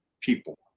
people